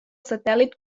satèl·lit